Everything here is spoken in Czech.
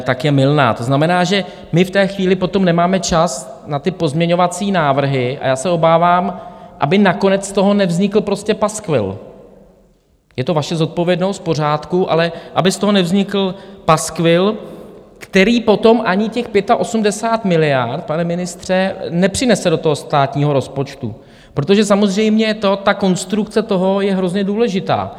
To znamená, že my v té chvíli potom nemáme čas na pozměňovací návrhy, a já se obávám, aby nakonec z toho nevznikl prostě paskvil je to vaše zodpovědnost, v pořádku ale aby z toho nevznikl paskvil, který potom ani těch 85 miliard, pane ministře, nepřinese do státního rozpočtu, protože samozřejmě konstrukce toho je hrozně důležitá.